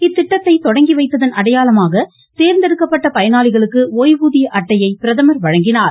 இத்திட்டத்தை தொடங்கி வைத்ததன் அடையாளமாக தேர்ந்தெடுக்கப்பட்ட பயனாளிகளுக்கு ஓய்வூதிய அட்டையை பிரதமர் வழங்கினார்